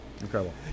Incredible